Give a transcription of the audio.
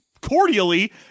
cordially